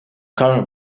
current